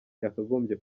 yakagombye